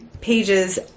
pages